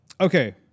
Okay